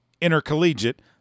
Intercollegiate